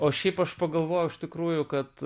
o šiaip aš pagalvojau iš tikrųjų kad